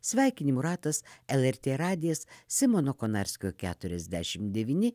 sveikinimų ratas el er tė radijas simono konarskio keturiasdešim devyni